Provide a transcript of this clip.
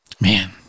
man